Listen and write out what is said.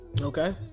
Okay